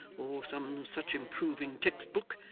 or some such improving textbook.